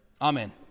Amen